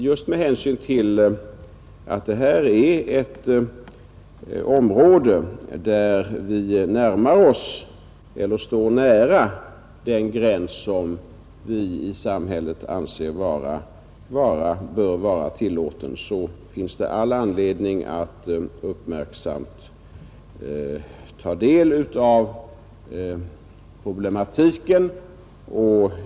Just med hänsyn till att detta är ett område, där vi står nära den gräns, som gäller för vad vi i samhället anser bör vara tillåtet, finns det all anledning att uppmärksamt ta del av problematiken.